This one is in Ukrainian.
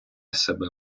себе